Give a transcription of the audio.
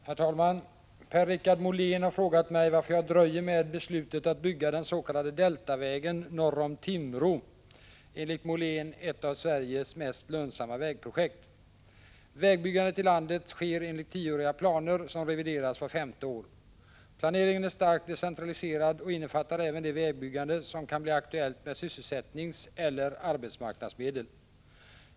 Herr talman! Per-Richard Molén har frågat mig varför jag dröjer med beslutet att bygga den s.k. Deltavägen norr om Timrå — enligt Molén ett av Sveriges mest lönsamma vägprojekt. Vägbyggandet i landet sker enligt tioåriga planer som revideras vart femte år. Planeringen är starkt decentraliserad och innefattar även det vägbyggande som kan bli aktuellt med sysselsättningseller arbetsmarknadsmedel.